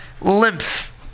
lymph